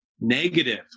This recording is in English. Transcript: negative